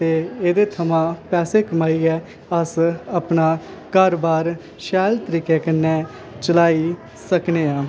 ते एह्दे थमां पैसे कमाइयै अस अपना कारोबार शैल तरीकै कन्नै बधाई सकने आं